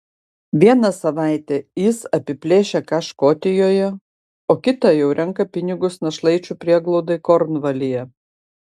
vieną savaitę jis apiplėšia ką škotijoje o kitą jau renka pinigus našlaičių prieglaudai kornvalyje